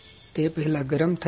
તે પહેલા ગરમ થાય છે